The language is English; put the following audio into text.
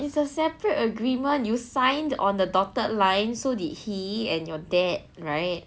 it's a separate agreement you signed on the dotted line so did he and your dad right